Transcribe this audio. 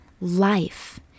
life